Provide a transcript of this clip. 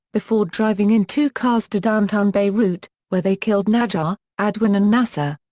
before driving in two cars to downtown beirut, where they killed najjar, adwan and nassir.